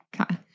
Okay